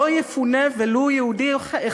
לא יפונה ולו יהודי אחד?